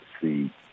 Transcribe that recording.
see